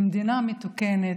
במדינה מתוקנת,